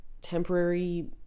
temporary